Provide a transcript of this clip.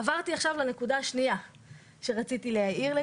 עברתי עכשיו לנקודה השנייה שרציתי להעיר,